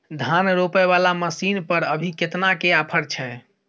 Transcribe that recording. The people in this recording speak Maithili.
धान रोपय वाला मसीन पर अभी केतना के ऑफर छै?